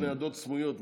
פלוס ניידות סמויות.